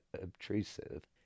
obtrusive